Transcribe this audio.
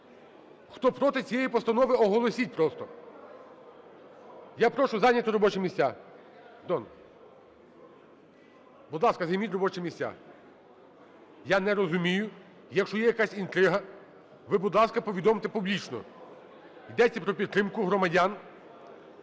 Хто проти цієї постанови, оголосіть просто. Я прошу зайняти робочі місця. Будь ласка, займіть робочі місця. Я не розумію, якщо є якась інтрига, ви, будь ласка, повідомте публічно. Йдеться про підтримку громадян,